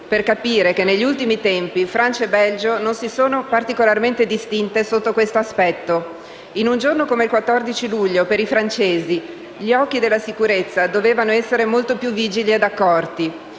per capire che negli ultimi tempi Francia e Belgio non si sono particolarmente distinti sotto questo aspetto. In un giorno come il 14 luglio per i francesi gli occhi della sicurezza dovevano essere molto più vigili ed accorti.